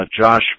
Josh